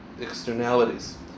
externalities